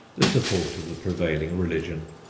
the support of the prevailing religion,